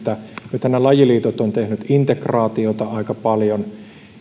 nythän nämä lajiliitot ovat tehneet integraatiota aika paljon